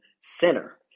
center